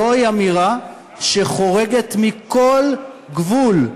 זוהי אמירה שחורגת מכל גבול,